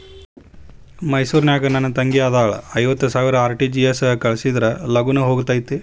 ಮೈಸೂರ್ ನಾಗ ನನ್ ತಂಗಿ ಅದಾಳ ಐವತ್ ಸಾವಿರ ಆರ್.ಟಿ.ಜಿ.ಎಸ್ ಕಳ್ಸಿದ್ರಾ ಲಗೂನ ಹೋಗತೈತ?